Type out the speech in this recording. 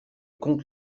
comte